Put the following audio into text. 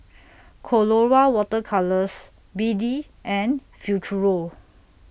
Colora Water Colours B D and Futuro